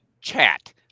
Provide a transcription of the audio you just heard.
chat